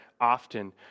often